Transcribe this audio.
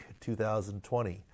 2020